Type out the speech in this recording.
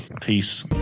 peace